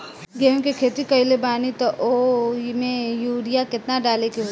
गेहूं के खेती कइले बानी त वो में युरिया केतना डाले के होई?